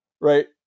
Right